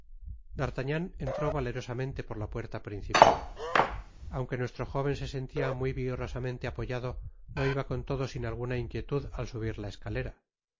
d'artagnan entró valerosamente por la puerta principal aunque nuestro jóven se sentía muy vigorosamente apoyado no iba con todo sin alguna inquietud al subir la escalera su